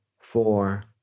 four